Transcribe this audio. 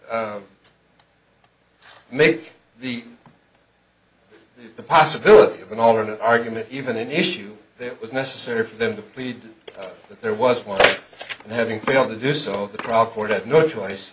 or make the the possibility of an alternate argument even an issue it was necessary for them to plead that there was one and having failed to do so the